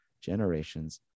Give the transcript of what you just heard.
generations